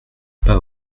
pas